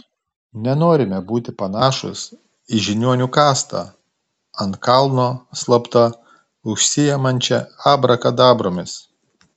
nenorime būti panašūs į žiniuonių kastą ant kalno slapta užsiimančią abrakadabromis